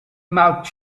mouth